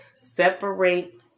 Separate